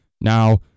Now